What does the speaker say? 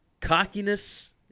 cockiness